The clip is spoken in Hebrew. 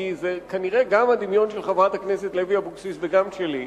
כנראה גם הדמיון של חברת הכנסת לוי אבקסיס וגם שלי,